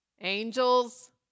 angels